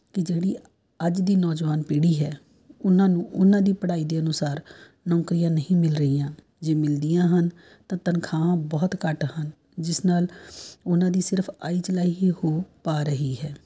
ਕਿ ਜਿਹੜੀ ਅੱਜ ਦੀ ਨੌਜਵਾਨ ਪੀੜ੍ਹੀ ਹੈ ਉਹਨਾਂ ਨੂੰ ਉਹਨਾਂ ਦੀ ਪੜ੍ਹਾਈ ਦੇ ਅਨੁਸਾਰ ਨੌਕਰੀਆਂ ਨਹੀਂ ਮਿਲ ਰਹੀਆਂ ਜੇ ਮਿਲਦੀਆਂ ਹਨ ਤਾਂ ਤਨਖਾਹਾਂ ਬਹੁਤ ਘੱਟ ਹਨ ਜਿਸ ਨਾਲ ਉਹਨਾਂ ਦੀ ਸਿਰਫ਼ ਆਈ ਚਲਾਈ ਹੀ ਹੋ ਪਾ ਰਹੀ ਹੈ